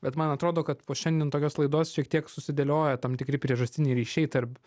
bet man atrodo kad po šiandien tokios laidos šiek tiek susidėliojo tam tikri priežastiniai ryšiai tarp